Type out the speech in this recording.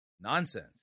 nonsense